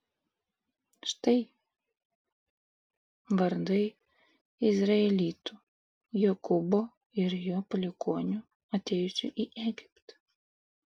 štai vardai izraelitų jokūbo ir jo palikuonių atėjusių į egiptą